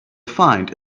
find